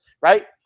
Right